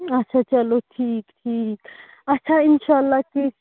اَچھا چلو ٹھیٖک ٹھیٖک اَچھا اِنشا اللہ کیٚنٛہہ